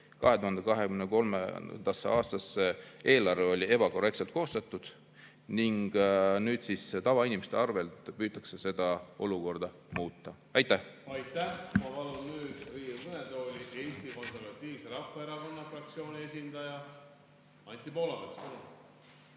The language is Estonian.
2023. aasta eelarve oli ebakorrektselt koostatud ning nüüd siis tavainimeste arvelt püütakse seda olukorda muuta. Aitäh!